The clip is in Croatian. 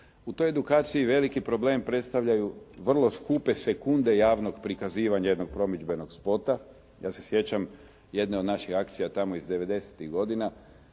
U toj edukaciji veliki problem predstavljaju vrlo skupe sekunde javnog prikazivanja jednog promidžbenog spota. Ja se sjećam jedne od naših akcija tamo iz devedesetih